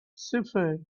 shepherd